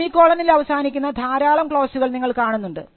semi കോളനിൽ അവസാനിക്കുന്ന ധാരാളം ക്ളോസുകൾ നിങ്ങൾ കാണുന്നുണ്ട്